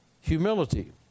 Humility